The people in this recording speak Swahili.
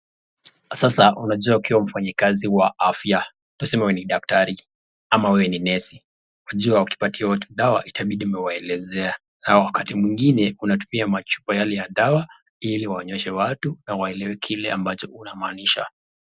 Sasa unajua ukiwa mfanyikazi wa afya, tuseme wewe ni daktari ama wewe ni nesi, wajua ukitapatia watu dawa itabidi umewaelezea, na wakati mwingine unatumia machupa yale ya dawa ili uwaonyeshe watu na waelewe kile ambacho unamaanisha.